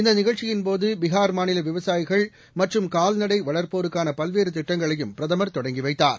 இந்த நிகழ்ச்சியின்போது பீகார் மாநில விவசாயிகள் மற்றும் கால்நடை வளர்ப்போருக்கான பல்வேறு திட்டங்களையும் பிரதமர் தொடங்கி வைத்தார்